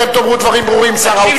אתם תאמרו דברים ברורים, שר האוצר.